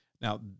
Now